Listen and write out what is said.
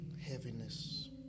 heaviness